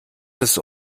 des